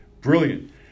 brilliant